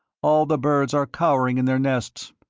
all the birds are cowering in their nests.